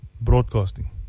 broadcasting